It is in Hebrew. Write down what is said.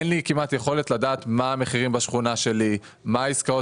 אין לי כמעט יכולת לדעת מהם המחירים בשכונה שלי; מהן העסקאות